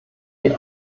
die